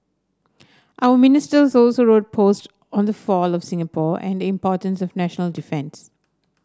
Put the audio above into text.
other Ministers also wrote posts on the fall of Singapore and the importance of national defence